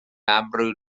amrwd